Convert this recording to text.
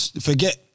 Forget